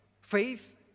Faith